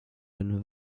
kun